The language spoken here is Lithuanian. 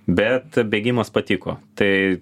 bet bėgimas patiko tai